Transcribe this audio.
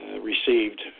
Received